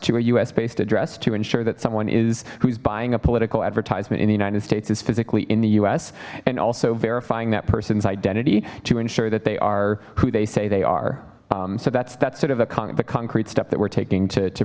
to a us based address to ensure that someone is who's buying a political advertisement in the united states is physically in the us and also verifying that person's identity to ensure that they are who they say they are so that's that's sort of a kind of the concrete step that we're taking to